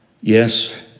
Yes